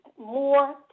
more